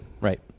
Right